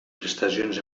prestacions